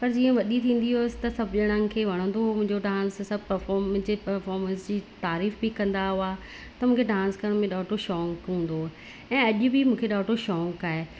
पर जीअं वॾी थींदी हुअसि त सभु ॼणनि खे वणंदो हो मुंहिंजो डांस सभु परफॉर्म मुंहिंजे परफॉर्मेंस जी तरीफ़ बि कंदा हुआ त मूंखे डांस करण में ॾाढो शौंक़ु हूंदो हुयो ऐं अॼु बि मूंखे ॾाढो शौंक़ु आहे